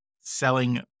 selling